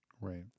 Right